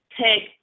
take